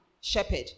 shepherd